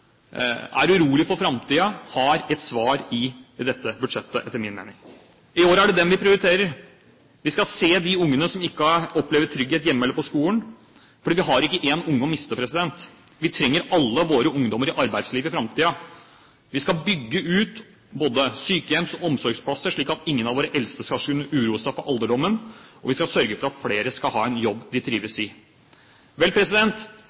er urolige for framtiden, har etter min mening et svar i dette budsjettet. I år er det dem vi prioriterer. Vi skal se de ungene som ikke opplever trygghet hjemme eller på skolen, for vi har ikke én unge å miste. Vi trenger alle våre ungdommer i arbeidslivet i framtiden. Vi skal bygge ut både sykehjems- og omsorgsplasser, slik at ingen av våre eldste skal uroe seg for alderdommen, og vi skal sørge for at flere skal ha en jobb de trives